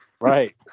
Right